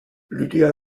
lydia